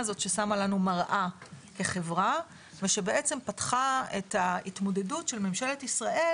הזאת ששמה לנו מראה כחברה ושבעצם פתחה את ההתמודדות של ממשלת ישראל